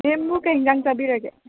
ꯃꯦꯝꯕꯨ ꯀꯔꯤ ꯑꯦꯟꯁꯥꯡ ꯆꯥꯕꯤꯔꯒꯦ